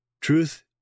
Truth